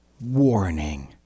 warning